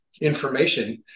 information